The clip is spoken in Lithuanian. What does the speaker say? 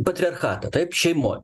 patriarchatą taip šeimoj